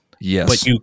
Yes